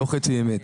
לא חצי אמת.